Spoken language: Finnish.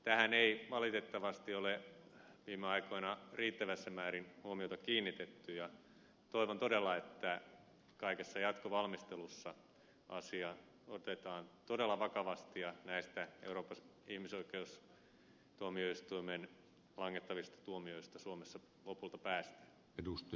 tähän ei valitettavasti ole viime aikoina riittävässä määrin huomiota kiinnitetty ja toivon todella että kaikessa jatkovalmistelussa asia otetaan todella vakavasti ja näistä euroopan ihmisoikeustuomioistuimen langettavista tuomioista suomessa lopulta päästään